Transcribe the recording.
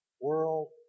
world